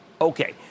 Okay